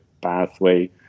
pathway